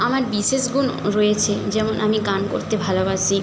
আমার বিশেষ গুণ রয়েছে যেমন আমি গান করতে ভালোবাসি